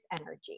energy